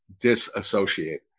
disassociate